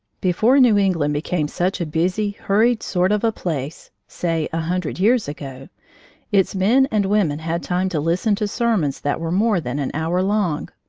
before new england became such a busy, hurried sort of a place say a hundred years ago its men and women had time to listen to sermons that were more than an hour long,